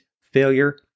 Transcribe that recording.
failure